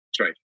right